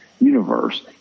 universe